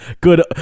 Good